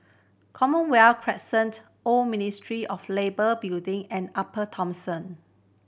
Commonwealth Crescent Old Ministry of Labour Building and Upper Thomson